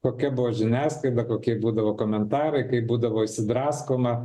kokia buvo žiniasklaida kokie būdavo komentarai kaip būdavo išsidraskoma